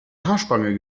haarspange